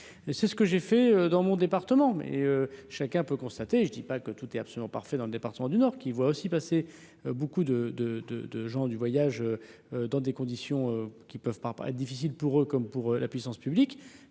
c'est ce que j'ai fait dans mon département, mais chacun peut constater, je ne dis pas que tout est absolument parfait dans le département du Nord, qui voit aussi passer beaucoup de, de, de, de gens du voyage dans des conditions qui ne peuvent pas être difficile pour eux comme pour la puissance publique,